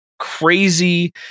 crazy